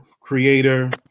creator